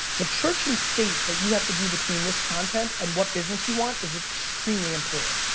the church and state that you have to do between this content and what business you want is extremely important.